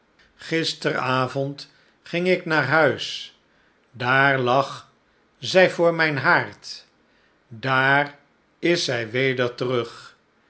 gisteravond ging ik naar huis daar lag zij voor mijn haard daar is zij weder terug